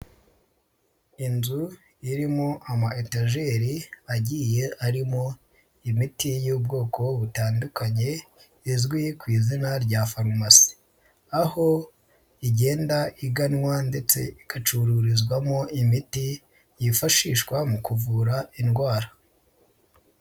Inzu irimo amayetegeri, agiye arimo imiti y'ubwoko butandukanye, izwi ku izina rya farumasi. Aho igenda iganwa ndetse igacururizwamo imiti yifashishwa mu kuvura indwara.